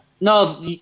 No